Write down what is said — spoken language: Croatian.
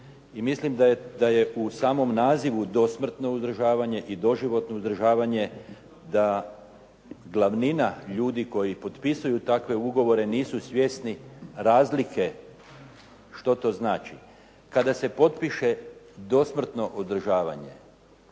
mislim da je u samom nazivu dosmrtno uzdržavanje i doživotno uzdržavanje da glavnina ljudi koji potpisuju takve ugovore nisu svjesni razlike što to znači. Kada se potpiše dosmrtno održavanje,